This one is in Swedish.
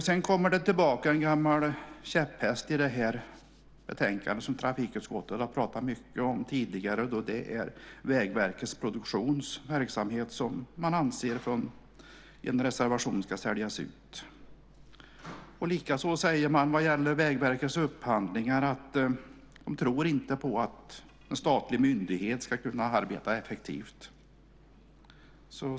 Sedan kommer en gammal käpphäst i det här sammanhanget som trafikutskottet har pratat mycket om tidigare, och det är Vägverkets verksamhet som man i en reservation anser ska säljas ut. Likaså säger man vad gäller Vägverkets upphandlingar att man inte tror att en statlig myndighet ska kunna arbeta effektivt.